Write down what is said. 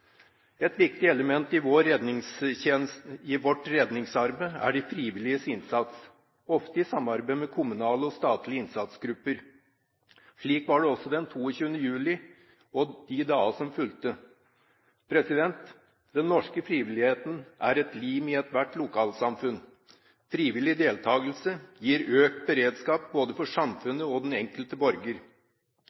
Et viktig element i vårt redningsarbeid er de frivilliges innsats, ofte i samarbeid med kommunale og statlige innsatsgrupper. Slik var det også den 22. juli og i dagene som fulgte. Den norske frivilligheten er et lim i ethvert lokalsamfunn. Frivillig deltakelse gir økt beredskap både for samfunnet og den enkelte borger.